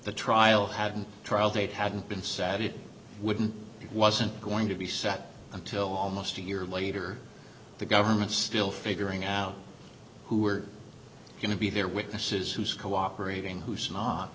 the trial had been a trial date hadn't been sat it wouldn't it wasn't going to be set until almost a year later the government still figuring out who were going to be there witnesses who sco operating who's not